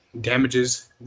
damages